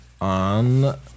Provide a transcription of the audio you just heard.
On